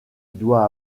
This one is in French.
doit